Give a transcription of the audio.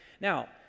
Now